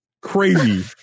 crazy